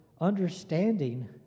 understanding